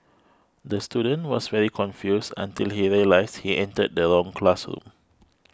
the student was very confused until he realised he entered the wrong classroom